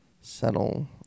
settle